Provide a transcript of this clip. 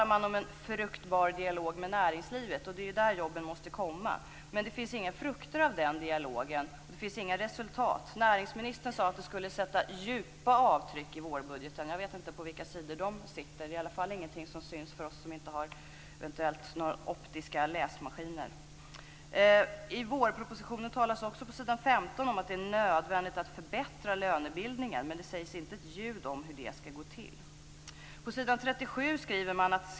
Men det finns inga frukter av den dialogen, och det finns inga resultat. Näringsministern sade att det skulle sätta djupa avtryck i vårbudgeten. Jag vet inte vilka sidor de sitter på. Det är i alla fall inget som syns för oss som inte har några optiska läsmaskiner. I vårpropositionen talas det på s. 15 också om att det är nödvändigt att förbättra lönebildningen. Men det sägs inte ett ljud om hur det skall gå till.